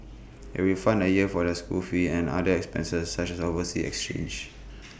IT will fund A year for their school fees and other expenses such as overseas exchanges